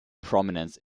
prominence